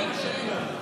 נתקבלה.